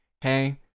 hey